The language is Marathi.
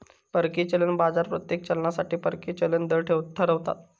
परकीय चलन बाजार प्रत्येक चलनासाठी परकीय चलन दर ठरवता